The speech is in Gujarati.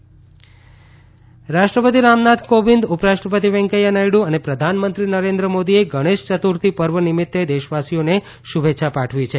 ગણેશ ચતુર્થી રાષ્ટ્રપતિ રામનાથ કોવિંદ ઉપરાષ્ટ્રપતિ વેકૈયાહ નાયડુ અને પ્રધાનમંત્રી નરેન્દ્ર મોદીએ ગણેશ યતુર્થી પર્વ નિમિત્ત દેશવાસીઓને શુભેચ્છા પાઠવી છે